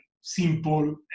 simple